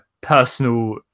personal